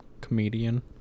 comedian